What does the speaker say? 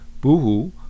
Boohoo